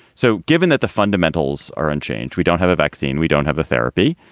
so given that the fundamentals are unchanged, we don't have a vaccine, we don't have a therapy.